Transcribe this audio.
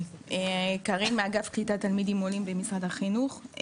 אני קרין, מאגף קליטת תלמידים עולים במשרד החינוך.